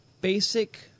basic